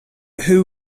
who